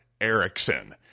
Erickson